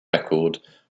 record